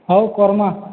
ହଉ କର୍ମା